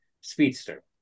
speedster